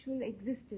existence